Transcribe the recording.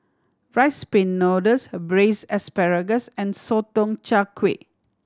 Rice Pin Noodles braise asparagus and Sotong Char Kway